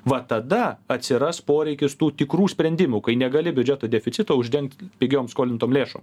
va tada atsiras poreikis tų tikrų sprendimų kai negali biudžeto deficito uždengt pigiom skolintom lėšom